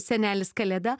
senelis kalėda